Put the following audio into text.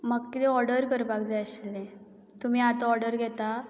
म्हाका कितें ऑर्डर करपाक जाय आशिल्लें तुमी आतां ऑर्डर घेतात